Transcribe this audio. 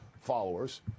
followers